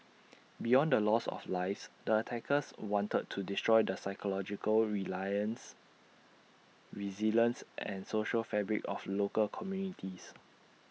beyond the loss of lives the attackers wanted to destroy the psychological realization resilience and social fabric of local communities